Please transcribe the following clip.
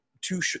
two